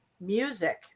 music